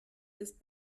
ist